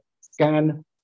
scan